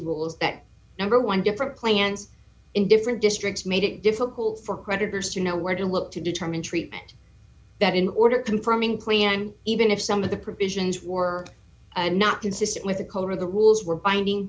rules that number one different plans in different districts made it difficult for creditors to know where to look to determine treatment that in order confirming plan even if some of the provisions were not consistent with the color of the rules were binding